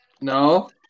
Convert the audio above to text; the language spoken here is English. No